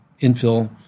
Infill